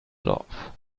love